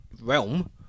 Realm